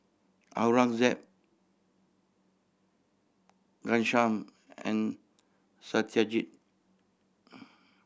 Aurangzeb Ghanshyam and Satyajit